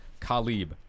Khalib